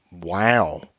Wow